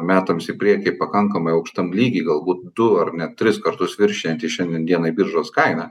metams į priekį pakankamai aukštam lygy galbūt du ar net tris kartus viršijanti šiandien dienai biržos kainą